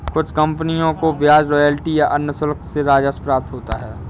कुछ कंपनियों को ब्याज रॉयल्टी या अन्य शुल्क से राजस्व प्राप्त होता है